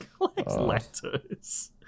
lactose